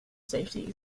safety